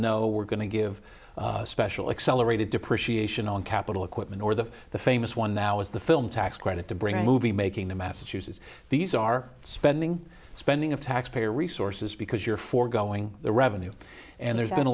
no we're going to give special accelerated depreciation on capital equipment or the the famous one now is the film tax credit to bring movie making the massachusetts these are spending spending of taxpayer resources because you're forgoing the revenue and there's been a